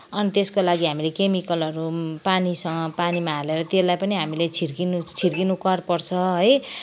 अनि त्यसको लागि हामीले केमिकलहरू पानीसँग पानीमा हालेर त्यसलाई पनि हामी छर्किनु छर्किनु कर पर्छ है